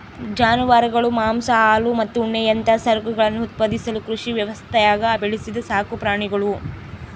ಜಾನುವಾರುಗಳು ಮಾಂಸ ಹಾಲು ಮತ್ತು ಉಣ್ಣೆಯಂತಹ ಸರಕುಗಳನ್ನು ಉತ್ಪಾದಿಸಲು ಕೃಷಿ ವ್ಯವಸ್ಥ್ಯಾಗ ಬೆಳೆಸಿದ ಸಾಕುಪ್ರಾಣಿಗುಳು